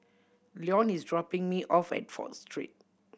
Leon is dropping me off at Fourth Street